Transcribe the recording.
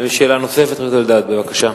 שאלה נוספת, חבר הכנסת אלדד, בבקשה.